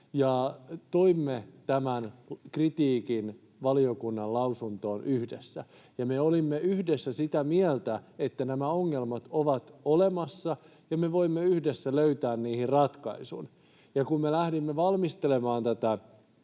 ja toimme tämän kritiikin valiokunnan lausuntoon yhdessä, ja me olimme yhdessä sitä mieltä, että nämä ongelmat ovat olemassa ja me voimme yhdessä löytää niihin ratkaisun. Kun me lähdimme valmistelemaan tätä